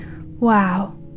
Wow